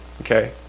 okay